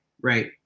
right